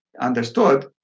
understood